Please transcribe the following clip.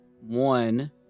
one